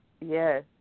Yes